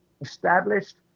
established